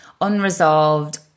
unresolved